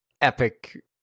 epic